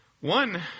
One